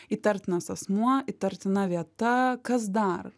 įtartinas asmuo įtartina vieta kas dar